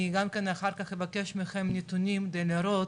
אני גם כן אחר-כך יבקש מכם נתונים, כדי לראות,